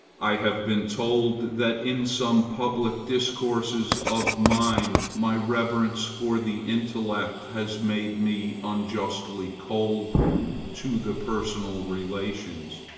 i have been told that in some public discourses of mine my reverence for the intellect has made me unjustly cold to the personal relations.